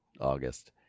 August